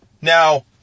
Now